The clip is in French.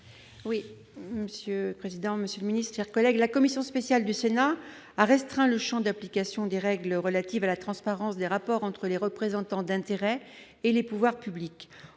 Oui, Monsieur le président Monsieur ministère collègues la commission spéciale du Sénat a restreint le Champ d'application des règles relatives à la transparence des rapports entre les représentants d'intérêts et les pouvoirs publics,